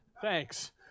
Thanks